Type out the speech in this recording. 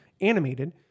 animated